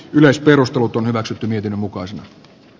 yleisperustelut on hyväksytty niiden mukaan